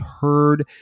heard